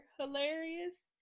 hilarious